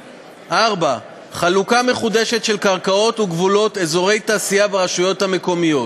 4. חלוקת מחודשת של קרקעות וגבולות אזורי תעשיה ברשויות המקומיות,